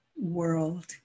world